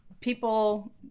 people